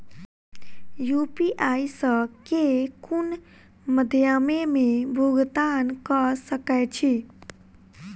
UPI सऽ केँ कुन मध्यमे मे भुगतान कऽ सकय छी?